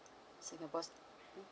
singapore